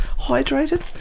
hydrated